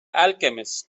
alchemist